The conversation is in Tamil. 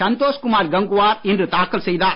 சந்தோஷ் குமார் கங்வார் இன்று தாக்கல் செய்தார்